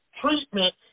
treatment